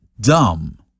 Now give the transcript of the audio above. dumb